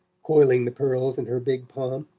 coiling the pearls in her big palm.